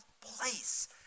place